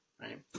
Right